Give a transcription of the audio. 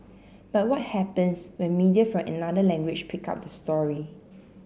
but what happens when media from another language pick up the story